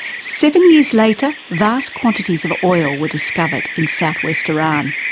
seven years later, vast quantities of oil were discovered in south-west iran.